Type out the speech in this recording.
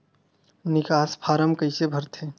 निकास फारम कइसे भरथे?